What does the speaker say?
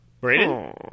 Brandon